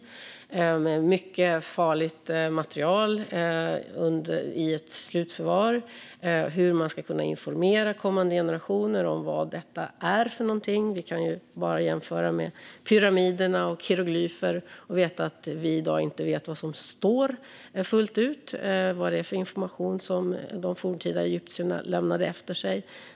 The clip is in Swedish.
Det handlar om mycket farligt material i ett slutförvar och hur man ska kunna informera kommande generationer om vad detta är för någonting. Vi kan ju bara jämföra med pyramiderna och hieroglyfer och tänka på att vi i dag inte vet fullt ut vad som står där. Vi vet inte vad det är för information som de forntida egyptierna lämnade efter sig.